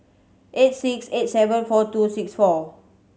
eight six eight seven four two six four